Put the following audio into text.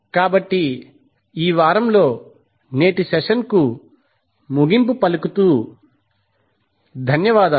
కాబట్టి ఈ వారంలో నేటి సెషన్కు ముగింపు పలుకుతూ ధన్యవాదాలు